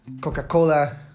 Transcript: Coca-Cola